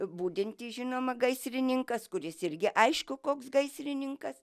budintis žinoma gaisrininkas kuris irgi aišku koks gaisrininkas